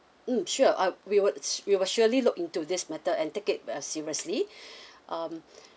mm sure I we would we will surely look into this matter and take it as seriously um